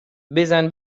بزن